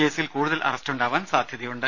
കേസിൽ കൂടുതൽ അറസ്റ്റുണ്ടാവാൻ സാധ്യതയുണ്ട്